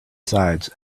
sides